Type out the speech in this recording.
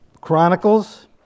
Chronicles